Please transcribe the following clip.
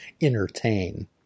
entertain